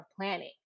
planning